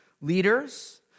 leaders